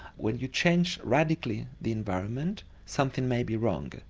when you change radically the environment something may be wrong.